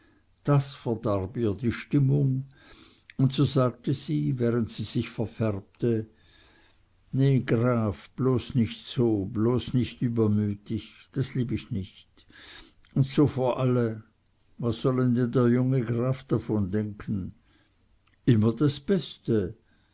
das verdarb ihr die stimmung und so sagte sie während sie sich verfärbte na graf bloß nich so bloß nich übermütig das lieb ich nich un so vor alle was sollen denn der junge herr graf davon denken immer das beste